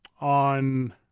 on